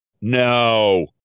no